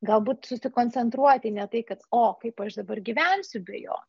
galbūt susikoncentruoti ne tai kad o kaip aš dabar gyvensiu be jo